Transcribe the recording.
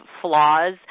flaws